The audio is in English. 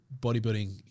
bodybuilding